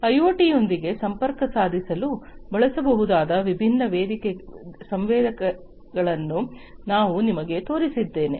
ಐಒಟಿಯೊಂದಿಗೆ ಸಂಪರ್ಕ ಸಾಧಿಸಲು ಬಳಸಬಹುದಾದ ವಿಭಿನ್ನ ಸಂವೇದಕಗಳನ್ನು ನಾನು ನಿಮಗೆ ತೋರಿಸಿದ್ದೇನೆ